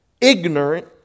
ignorant